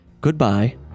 Goodbye